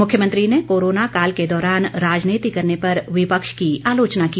मुख्यमंत्री ने कोरोना काल के दौरान राजनीति करने पर विपक्ष की आलोचना की